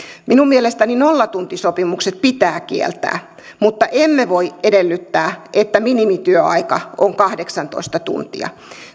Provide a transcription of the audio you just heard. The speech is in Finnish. minun mielestäni nollatuntisopimukset pitää kieltää mutta emme voi edellyttää että minimityöaika on kahdeksantoista tuntia